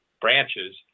branches